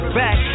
back